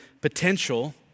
potential